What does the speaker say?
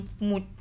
mood